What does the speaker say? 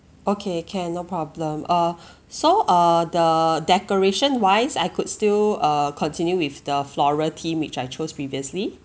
okay can no problem uh so uh the decoration wise I could still uh continue with the floral theme which I chose previously